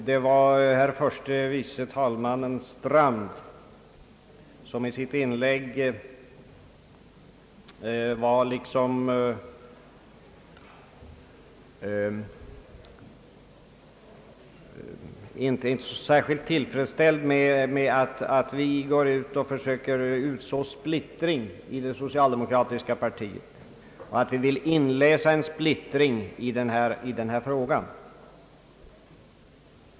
Herr förste vice talmannen Strand var i sitt inlägg inte särskilt tillfredsställd med att vi går ut och försöker påvisa splittring i det socialdemokratiska partiet, och att vi vill inläsa en splittring speciellt i denna fråga.